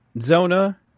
Zona